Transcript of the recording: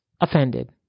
offended